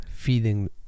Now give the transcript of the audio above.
feeding